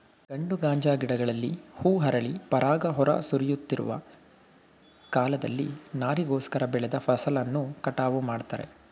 ಗಂಡು ಗಾಂಜಾ ಗಿಡಗಳಲ್ಲಿ ಹೂ ಅರಳಿ ಪರಾಗ ಹೊರ ಸುರಿಯುತ್ತಿರುವ ಕಾಲದಲ್ಲಿ ನಾರಿಗೋಸ್ಕರ ಬೆಳೆದ ಫಸಲನ್ನು ಕಟಾವು ಮಾಡ್ತಾರೆ